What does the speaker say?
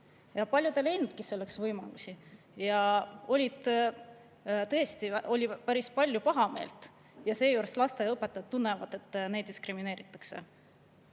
Paljud ei leidnudki selleks võimalusi ja oli tõesti päris palju pahameelt, seejuures lasteaiaõpetajad tundsid, et neid diskrimineeritakse.